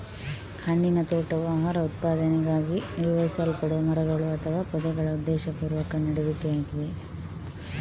ಹಣ್ಣಿನ ತೋಟವು ಆಹಾರ ಉತ್ಪಾದನೆಗಾಗಿ ನಿರ್ವಹಿಸಲ್ಪಡುವ ಮರಗಳು ಅಥವಾ ಪೊದೆಗಳ ಉದ್ದೇಶಪೂರ್ವಕ ನೆಡುವಿಕೆಯಾಗಿದೆ